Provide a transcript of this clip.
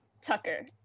Tucker